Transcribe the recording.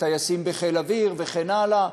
של טייסים בחיל האוויר וכן הלאה.